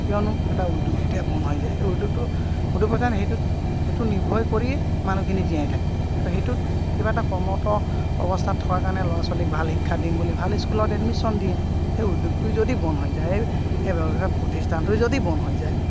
কিয়নো এটা উদ্যোগ যেতিয়া বন্ধ হৈ যায় সেই উদ্যোগটো উদ্যোগ প্ৰথম সেইটো সেইটো নিৰ্ভয় কৰিয়েই মানুহখিনি জীয়াই থাকে তো সেইটোত কিবা এটা কৰ্মৰত অৱস্থাত থকাৰ কাৰণে ল'ৰা ছোৱালীক ভাল শিক্ষা দিম বুলি ভাল স্কুলত এডমিশ্যন দিয়ে সেই উদ্যোগটোৱেই যদি বন্ধ হৈ যায় সেই প্ৰতিষ্ঠানটোৱে যদি বন্ধ হৈ যায়